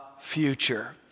future